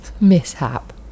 Mishap